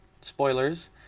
spoilers